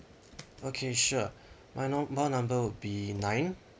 okay sure my mobile number would be nine